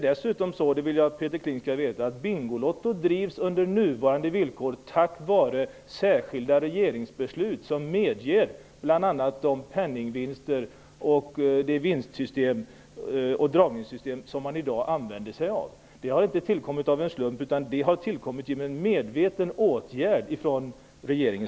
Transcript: Dessutom drivs Bingolotto under nuvarande villkor -- och detta vill jag att Peter Kling skall veta -- tack vare särskilda regeringsbeslut som bl.a. medger de penningvinster och de vinst och dragningssystem som man i dag använder sig av. Det har inte tillkommit av en slump utan genom en medveten åtgärd från regeringen.